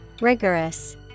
Rigorous